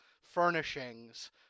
furnishings